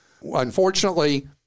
Unfortunately